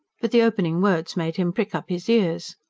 but the opening words made him prick up his ears.